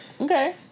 Okay